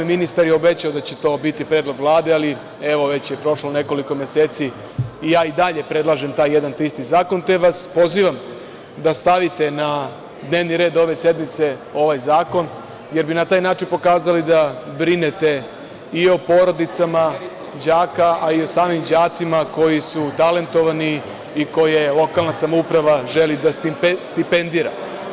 Ministar je obećao da će to biti predlog Vlade, ali prošlo je već nekoliko meseci i ja i dalje predlažem taj jedan te isti zakon, te vas pozivam da stavite na dnevni red ove sednice ovaj zakon, jer bi na taj način pokazali da brinete i porodicama đaka, a i o samim đacima koji su talentovani i koje lokalna samouprava želi da stipendira.